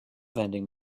vending